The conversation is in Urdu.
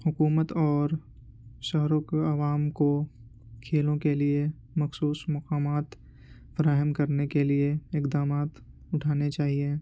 حکومت اور شہروں کے عوام کو کھیلوں کے لیے مخصوص مقامات فراہم کرنے کے لیے اقدامات اٹھانے چاہیے